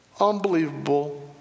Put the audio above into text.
unbelievable